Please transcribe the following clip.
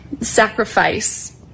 sacrifice